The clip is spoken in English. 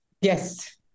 Yes